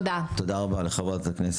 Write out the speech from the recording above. ותודה אחרונה ולא פחות חשובה היא לכל